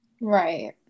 Right